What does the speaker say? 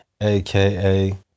aka